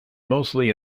mostly